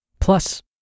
Plus